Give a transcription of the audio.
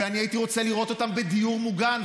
ואני הייתי רוצה לראות אותם בדיור מוגן,